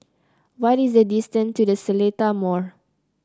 what is the distance to The Seletar Mall